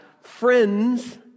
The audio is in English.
friends